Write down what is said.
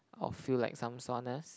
I'll feel like some soreness